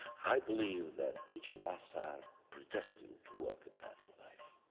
i believe that each of us are predestined to walk a path in life.